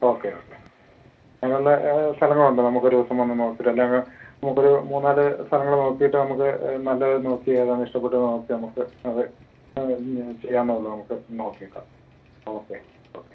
okay okay അങ്ങനെ ഉള്ള സ്ഥലങ്ങളുണ്ട് നമുക്ക് ഒരു ദിവസം വന്ന് നോക്കിയിട്ട് എല്ലാം കൂടെ ഒരു മൂന്ന് നാലു സ്ഥലങ്ങൾ ഉണ്ടി നോക്കിയിട്ട് നമുക്ക് നല്ലത് നോക്കി ഏതാണിഷ്ടപ്പെട്ടത് നോക്കി നമുക്ക് അത് ആ ഇന്ന ചെയ്യാവുന്നതെ ഉള്ളൂ നമുക്ക് നോക്കിയേക്കാം ഓക്കെ ഓക്കെ